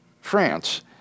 France